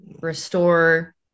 restore